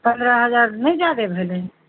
पंद्रह हजार नहि जादे भेलै